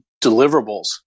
deliverables